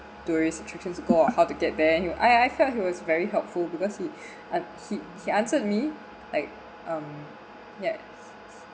tourist attraction to go how to get there he I I felt he was very helpful because he he he answered me like um yes